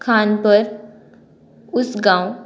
खानपर Usgao